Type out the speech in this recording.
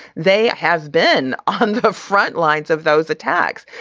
they have been on the front lines of those attacks.